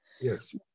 Yes